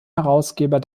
herausgeber